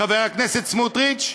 חבר הכנסת סמוטריץ,